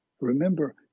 remember